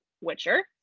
witcher